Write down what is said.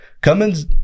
Cummins